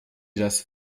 das